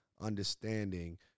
understanding